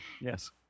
Yes